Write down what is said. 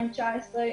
2019,